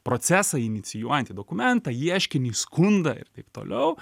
procesą inicijuojantį dokumentą ieškinį skundą ir taip toliau